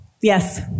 Yes